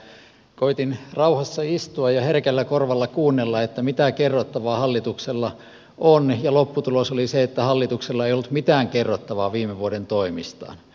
kun koetin rauhassa istua ja herkällä korvalla kuunnella mitä kerrottavaa hallituksella on niin lopputulos oli se että hallituksella ei ollut mitään kerrottavaa viime vuoden toimistaan